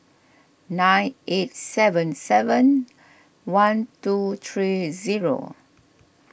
nine eight seven seven one two three zero